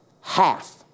Half